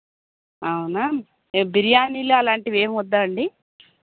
అవునా బిర్యానీలు అలాంటివి ఏం వద్దా అండి